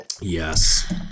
Yes